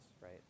right